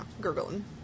gurgling